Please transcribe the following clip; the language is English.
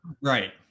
right